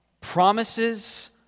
promises